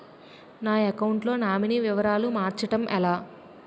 నా అకౌంట్ లో నామినీ వివరాలు మార్చటం ఎలా?